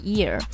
Year